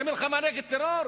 זה מלחמה נגד טרור?